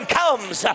comes